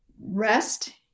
rest